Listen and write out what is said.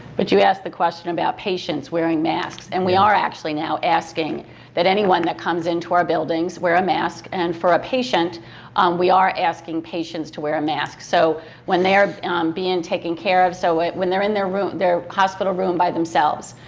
but you asked the question about patients wearing masks and we are actually now asking that anyone that comes into our buildings wear a mask and for a patient we are asking patients to wear a mask so when they are being taken care of, so when when they're in their room, their hospital room, by themselves,